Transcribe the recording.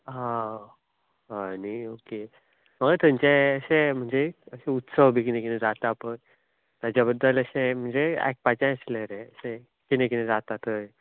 हा हय न्ही थंयचे अशें उत्सव बी अशें जाता पय ताच्या बद्दल अशें म्हणजे आयकपाचें आसलें रे अशें कितें कितें जाता थंय